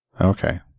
Okay